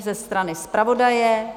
Ze strany zpravodaje?